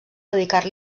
dedicar